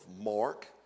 Mark